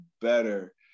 better